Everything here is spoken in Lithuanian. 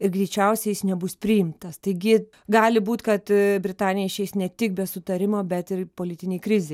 ir greičiausiai jis nebus priimtas taigi gali būt kad britanija išeis ne tik be sutarimo bet ir politinėj krizėj